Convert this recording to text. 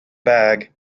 bag